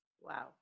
wow